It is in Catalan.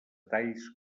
talls